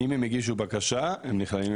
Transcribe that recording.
אם הם הגישו בקשה הם נכללים,